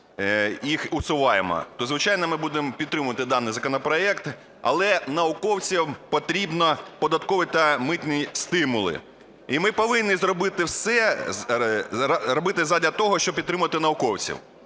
їх усуваємо. То, звичайно, ми будемо підтримувати даний законопроект. Але науковцям потрібні податкові та митні стимули. І ми повинні зробити все задля того, щоб підтримувати науковців.